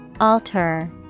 Alter